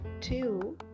two